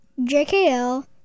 JKL